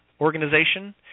organization